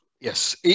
Yes